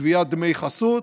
גביית דמי חסות,